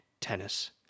tennis